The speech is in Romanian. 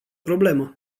problemă